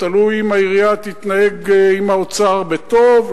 תלוי אם העירייה תתנהג עם האוצר בטוב,